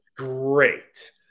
great